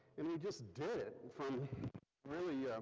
and we just did it from really